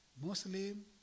Muslim